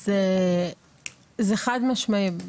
אז זה חד משמעי,